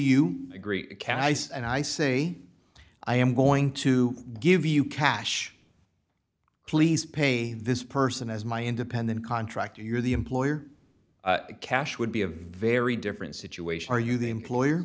say and i say i am going to give you cash please pay this person as my independent contractor you're the employer the cash would be a very different situation are you the employer